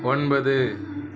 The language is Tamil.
ஒன்பது